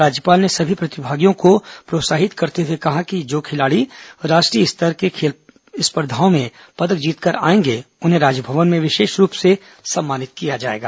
राज्यपाल ने सभी प्रतिभागियों को प्रोत्साहित करते हुए कहा कि जो खिलाड़ी राष्ट्रीय स्तर के खेलों में पदक जीतकर आएंगे उन्हें राजभवन में विशेष रूप से सम्मानित किया जाएगा